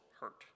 hurt